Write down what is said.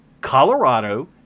Colorado